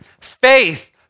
Faith